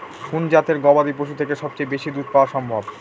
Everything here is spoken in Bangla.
কোন জাতের গবাদী পশু থেকে সবচেয়ে বেশি দুধ পাওয়া সম্ভব?